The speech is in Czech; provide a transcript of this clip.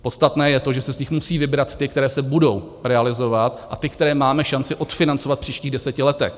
Podstatné je to, že se z nich musí vybrat ty, které se budou realizovat, a ty, které máme šanci odfinancovat v příštích deseti letech.